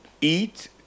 eat